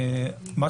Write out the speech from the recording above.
אם